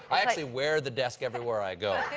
i actually wear the desk everywhere i go.